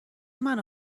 منو